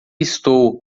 estou